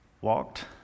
walked